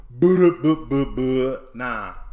Nah